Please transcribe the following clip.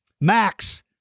Max